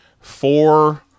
four